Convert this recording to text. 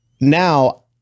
now